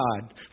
God